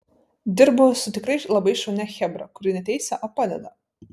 dirbu su tikrai labai šaunia chebra kuri ne teisia o padeda